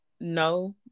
no